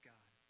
God